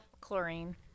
chlorine